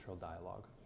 dialogue